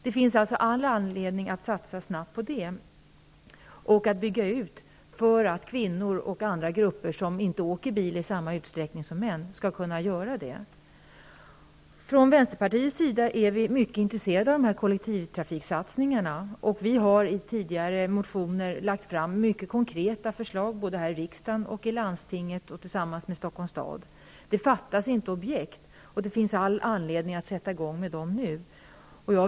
Det finns alltså all anledning att satsa snabbt på det här området och att bygga ut för att kvinnor och andra som inte åker bil i samma utsträckning som män skall kunna göra det. I Vänsterpartiet är vi mycket intresserade av de här kollektivtrafiksatsningarna, och vi har i motioner lagt fram mycket konkreta förslag såväl i riksdagen och landstinget som tillsammans med Stockholms stad. Det fattas inte objekt, och det finns all anledning att sätta i gång med dem nu.